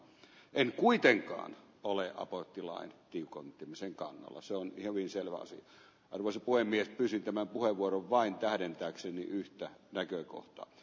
en kuitenkaan ole aborttilain kim konttimisenkaan olla se on hyvin se nousi ulos puhemies pyysi tämä puheenvuoro vain täydentääkseen yhtä näkökohtaa